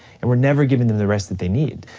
and we're never giving them the rest that they need.